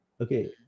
Okay